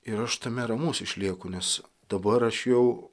ir aš tame ramus išlieku nes dabar aš jau